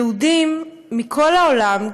יהודים מכל העולם,